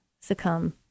succumb